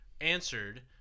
answered